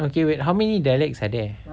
okay wait how many dialects are there